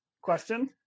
question